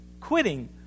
quitting